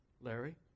larry